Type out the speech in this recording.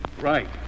right